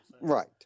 Right